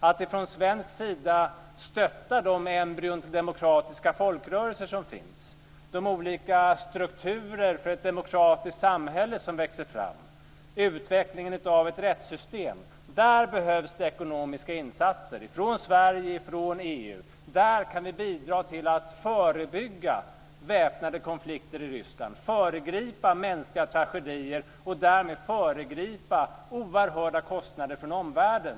Vi bör från svensk sida stötta de embryon till demokratiska folkrörelser som finns, de olika strukturer för ett demokratiskt samhälle som växer fram och utvecklingen av ett rättssystem. Där behövs det ekonomiska insatser från Sverige och från EU. Där kan vi bidra till att förebygga väpnade konflikter i Ryssland och föregripa mänskliga tragedier och därmed föregripa oerhörda kostnader för omvärlden.